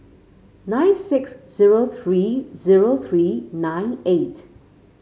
nine six zero three zero three nine eight